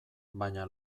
baina